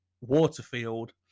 Waterfield